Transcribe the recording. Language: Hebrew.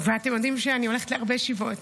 ואתם יודעים שאני הולכת להרבה שבעות.